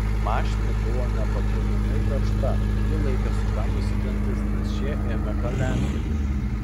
mašinoje buvo nepakeliamai karšta ji laikė sukandusi dantis nes šie ėmė kalenti